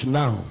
now